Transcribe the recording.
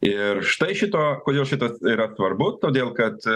ir štai šito kodėl šitas yra svarbus todėl kad